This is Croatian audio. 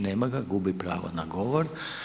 Nema ga, gubi pravo na govor.